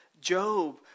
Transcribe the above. Job